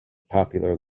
popular